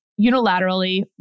unilaterally